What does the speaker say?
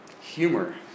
Humor